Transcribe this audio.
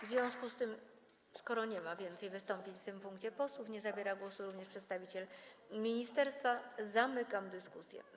W związku z tym, skoro nie ma więcej wystąpień posłów w tym punkcie, nie zabiera głosu również przedstawiciel ministerstwa, zamykam dyskusję.